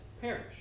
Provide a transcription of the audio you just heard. perish